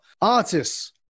Artists